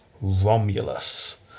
Romulus